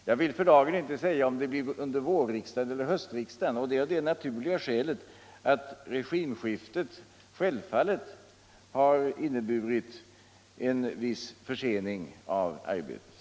Jag vill för dagen inte säga om propositionen läggs fram under våren eller hösten av det naturliga skälet att regimskiftet självfallet har inneburit en viss försening av arbetet.